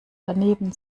daneben